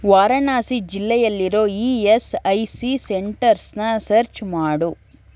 ವಾರಣಾಸಿ ಜಿಲ್ಲೆಯಲ್ಲಿರುವ E S I C ಸೆಂಟರ್ಸ್ನ search ಮಾಡು